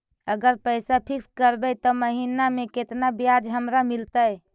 अगर पैसा फिक्स करबै त महिना मे केतना ब्याज हमरा मिलतै?